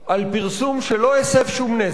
על פרסום שלא הסב שום נזק.